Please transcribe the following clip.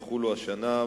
יחול השנה,